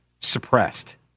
suppressed